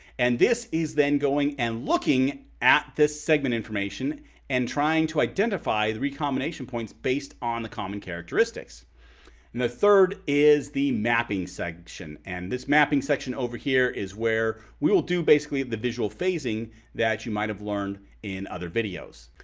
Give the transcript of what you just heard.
and this is then going and looking at this segment information and trying to identify the recombination points based on the common characteristics. and the third is the mapping section and this mapping section over here is where we will do basically the visual phasing that you might have learned in other videos.